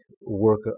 work